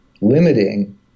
limiting